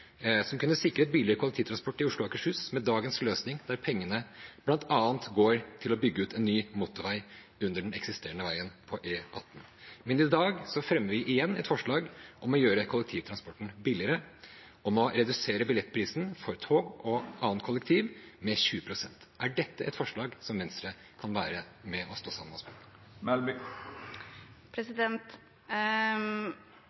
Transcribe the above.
som kunne sikret billigere kollektivtransport i Oslo og Akershus, med dagens løsning, der pengene bl.a. går til å bygge ut en ny motorvei under den eksisterende veien på E18. I dag fremmer vi igjen et forslag om å gjøre kollektivtransporten billigere ved å redusere billettprisen for tog og annen kollektivtransport med 20 pst. Er dette et forslag Venstre kan være med og stå sammen